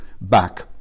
back